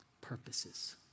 purposes